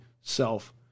self